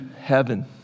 heaven